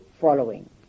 following